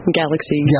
galaxy